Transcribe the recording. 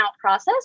process